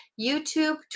YouTube